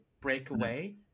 breakaway